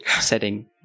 setting